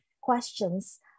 questions